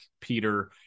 Peter